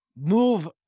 move